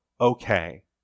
okay